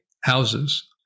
houses